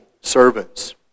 servants